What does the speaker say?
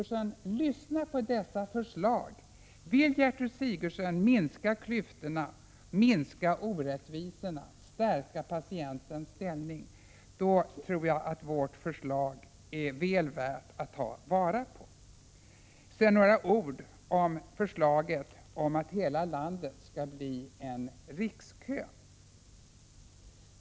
Lyssna på detta förslag, Gertrud Sigurdsen! Om Gertrud Sigurdsen vill minska klyftorna, minska orättvisorna, stärka patientens ställning, då tror jag att vårt förslag är väl värt att ta vara på. Sedan några ord om förslaget att hela landet skulle ha en rikskö.